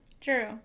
True